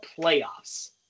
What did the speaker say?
playoffs